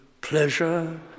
pleasure